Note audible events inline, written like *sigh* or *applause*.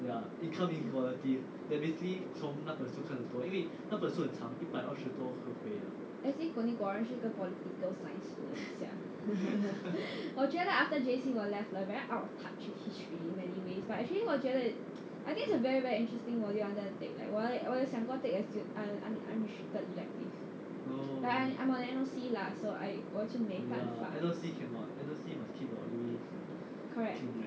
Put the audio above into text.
actually 你果然是个 political science student sia *laughs* 我觉得 after J_C 我 left 了 very out of touch with history but anyways but actually 我觉得 I think it's a very very interesting module I wanted to take like 我有想过 take like like un~ un~ unrestrictedly like this but I'm on N_O_C ah so I 我就没办法